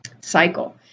cycle